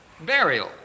burial